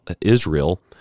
Israel